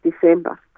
december